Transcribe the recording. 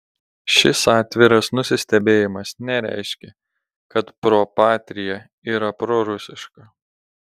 šis atviras nusistebėjimas nereiškia kad pro patria yra prorusiška